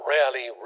Rarely